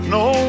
no